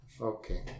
okay